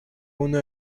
uno